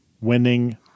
Winning